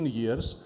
years